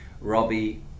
Robbie